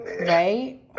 right